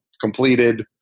completed